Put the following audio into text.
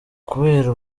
kubera